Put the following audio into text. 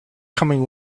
coming